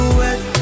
wet